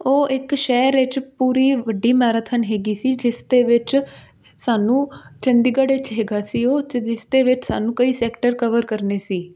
ਉਹ ਇੱਕ ਸ਼ਹਿਰ ਵਿੱਚ ਪੂਰੀ ਵੱਡੀ ਮੈਰਥਨ ਹੈਗੀ ਸੀ ਜਿਸ ਦੇ ਵਿੱਚ ਸਾਨੂੰ ਚੰਡੀਗੜ੍ਹ ਵਿੱਚ ਹੈਗਾ ਸੀ ਉਹ ਉੱਥੇ ਜਿਸ ਦੇ ਵਿੱਚ ਸਾਨੂੰ ਕਈ ਸੈਕਟਰ ਕਵਰ ਕਰਨੇ ਸੀ